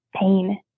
pain